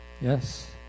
Yes